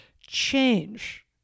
change